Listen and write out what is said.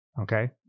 Okay